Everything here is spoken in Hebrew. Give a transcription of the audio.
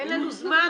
אין לנו זמן.